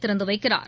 திறந்து வைக்கிறார்